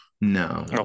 No